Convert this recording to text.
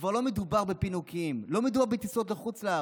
כבר לא מדובר בפינוקים, לא מדובר בטיסות לחו"ל,